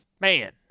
man